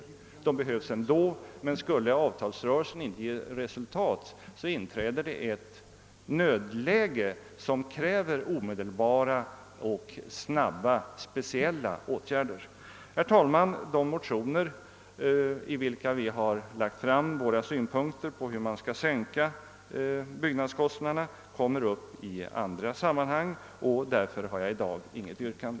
Dessa åtgärder behövs ändå, men skulle avtalsrörelsen inte ge resultat inträder det ett nödläge som kräver omedelbara och snabba speciella åtgärder. Herr talman! De motioner, i vilka vi lagt fram våra synpunkter på hur man skall sänka byggnadskostnaderna, kommer upp i andra sammanhang, och därför har jag i dag inget yrkande.